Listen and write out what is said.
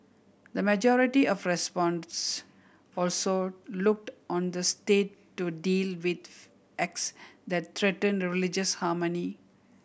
the majority of respondents also looked on the State to deal with acts that threatened religious harmony